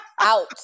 out